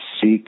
seek